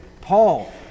Paul